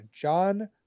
John